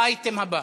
נתקבלה.